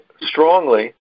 strongly